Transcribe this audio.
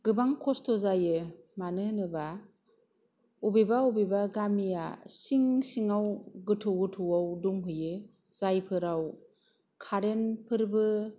गोबां खस्थ' जायो मानो होनोबा अबेबा अबेबा गामिया सिं सिङाव गोथौ गोथौआव दंहैयो जायफोराव कारेनफोरबो